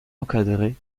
encadré